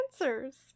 answers